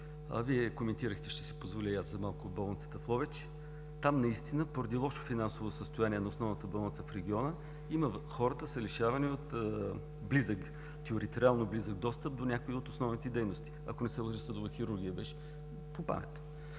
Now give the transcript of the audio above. Вие коментирахте, ще си позволя и аз малко за болницата в Ловеч. Там поради лошо финансово състояние на основната болница в региона, хората са лишавани от териториално близък достъп до някоя от основните дейности. Ако не се лъжа, съдова хирургия беше.